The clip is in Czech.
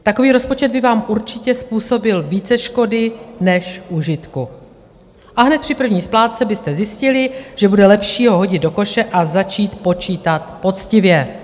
Takový rozpočet by vám určitě způsobil více škody než užitku a hned při první splátce byste zjistili, že bude lepší ho hodit do koše a začít počítat poctivě.